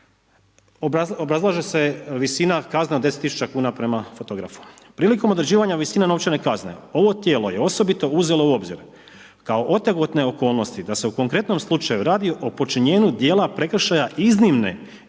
obrazlaže se visina kazne od 10.000 kuna prema fotografu, prilikom određivanja visina novčane kazne ovo tijelo je osobito uzelo u obzir kao otegotne okolnosti da se u konkretnom slučaju radi o počinjenju dijela prekršaja iznimne